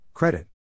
Credit